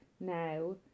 now